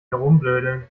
herumblödeln